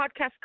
podcast